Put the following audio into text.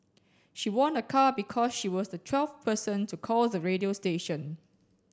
she won a car because she was the twelfth person to call the radio station